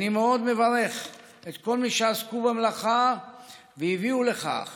אני מאוד מברך את כל מי שעסקו במלאכה והביאו לכך